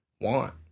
want